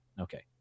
Okay